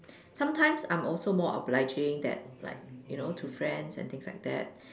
sometimes I'm also more obliging that like you know to friends and things like that